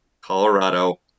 Colorado